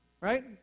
Right